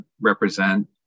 represent